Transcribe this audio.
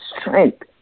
strength